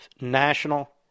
national